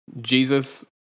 jesus